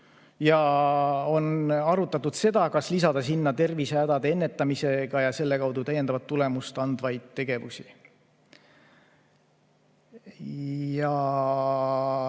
ja on arutatud seda, kas lisada sinna tervisehädade ennetamisega [seotud] ja selle kaudu täiendavat tulemust andvaid tegevusi. Töö